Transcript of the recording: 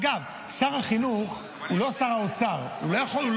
אגב, שר החינוך הוא לא שר האוצר, הוא לא יכול.